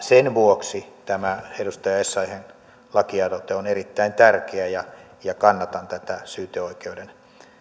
sen vuoksi tämä edustaja essayahin lakialoite on erittäin tärkeä ja ja kannatan tätä syyteoikeuden